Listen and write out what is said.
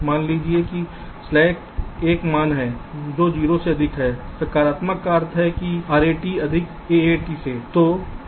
मान लीजिए कि स्लैक एक मान है जो 0 से अधिक है सकारात्मक जिसका अर्थ है कि RAT अधिक AAT से है